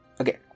Okay